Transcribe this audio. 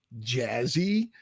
jazzy